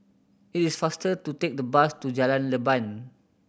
it is faster to take the bus to Jalan Leban